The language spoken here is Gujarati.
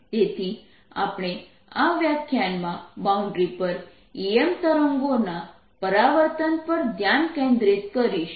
તેથી આપણે આ વ્યાખ્યાનમાં બાઉન્ડ્રી પર EM તરંગોના પરાવર્તન પર ધ્યાન કેન્દ્રિત કરીશું